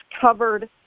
covered